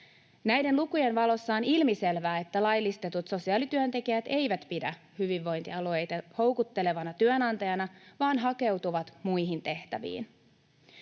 Näiden lukujen valossa on ilmiselvää, että laillistetut sosiaalityöntekijät eivät pidä hyvinvointialueita houkuttelevana työnantajana vaan hakeutuvat muihin tehtäviin.